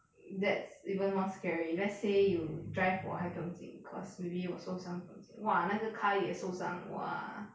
that's even more scary let's say you drive 我还不用紧 cause maybe 我受伤不用紧 !wah! 那个 car 也受伤 !wah!